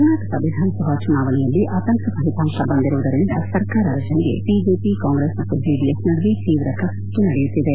ಕರ್ನಾಟಕ ವಿಧಾನಸಭಾ ಚುನಾವಣೆಯಲ್ಲಿ ಅತಂತ್ರ ಫಲಿತಾಂಶ ಬಂದಿರುವುದರಿಂದ ಸರ್ಕಾರ ರಚನೆಗೆ ಬಿಜೆಪಿ ಕಾಂಗ್ರೆಸ್ ಮತ್ತು ಜೆಡಿಎಸ್ ನಡುವೆ ತೀವ್ರ ಕಸರತ್ತು ನಡೆಯುತ್ತಿದೆ